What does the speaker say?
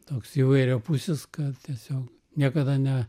toks įvairiapusis kad tiesiog niekada ne